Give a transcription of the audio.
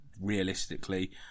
realistically